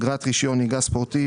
בתשלום אגרת רישיון על נהיגה ספורטיבית.